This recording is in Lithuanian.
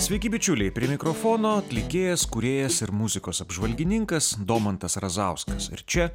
sveiki bičiuliai prie mikrofono atlikėjas kūrėjas ir muzikos apžvalgininkas domantas razauskas ir čia